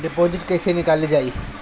Deposit कैसे निकालल जाइ?